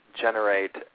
generate